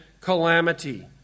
calamity